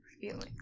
feelings